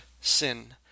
Sin